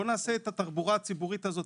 בואו נעשה את התחבורה הציבורית הזאת,